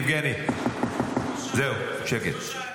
יבגני, זהו, שקט.